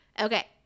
Okay